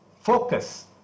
focus